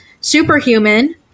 superhuman